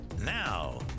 Now